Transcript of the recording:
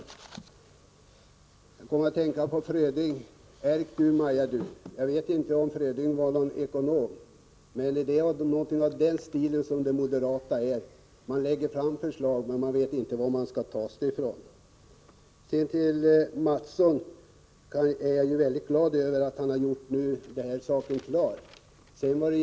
Jag kommer att tänka på Fröding: ”Erk du, Maja du”. Jag vet inte om Fröding var någon ekonom, men moderaterna har något av Frödings stil när de lägger fram förslag som de inte vet hur de skall finansieras. Jag är glad över Kjell Mattssons klargörande.